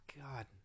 God